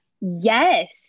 yes